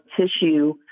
tissue